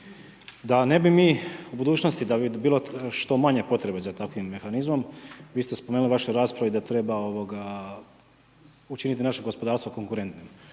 Da ne bi mi u budućnosti, da bi bilo što manje potrebe za takvim mehanizmom, vi ste spomenuli u vašoj raspravi da treba učiniti naše gospodarstvo konkurentnim.